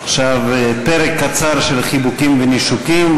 עכשיו פרק קצר של חיבוקים ונישוקים,